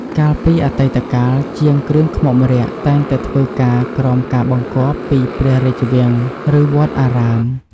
កាលពីអតីតកាល ជាងគ្រឿងខ្មុកម្រ័ក្សណ៍តែងតែធ្វើការក្រោមការបង្គាប់ពីព្រះរាជវាំង ឬវត្តអារាម។